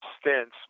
stints